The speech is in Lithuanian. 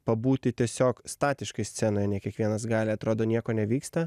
pabūti tiesiog statiškai scenoje ne kiekvienas gali atrodo nieko nevyksta